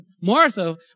Martha